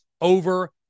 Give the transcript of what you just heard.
over